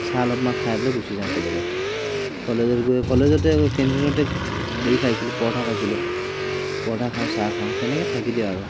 চাহ অলপমান খাই পেলাই গুচি যাওঁ কলেজত কলেজত গৈ কলেজতে গৈ কেণ্টিনতে হেৰি খাইছিলোঁ পৰঠা খাইছিলোঁ পৰঠা খাওঁ চাহ খাওঁ তেনেকৈ থাকি দিওঁ আৰু